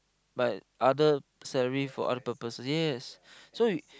my other salary for other purpose yes so you